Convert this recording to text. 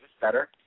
better